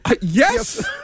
Yes